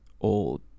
old